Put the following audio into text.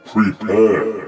Prepare